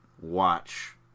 watch